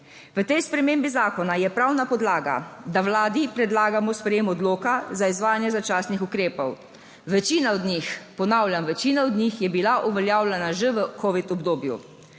V tej spremembi zakona je pravna podlaga, da Vladi predlagamo sprejem odloka za izvajanje začasnih ukrepov. Večina od njih, ponavljam, večina od njih je bila uveljavljena že v Covid obdobju.